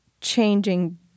changing